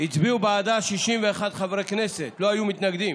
הצביעו בעדה 61 חברי כנסת, לא היו מתנגדים.